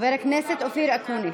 חבר הכנסת אופיר אקוניס.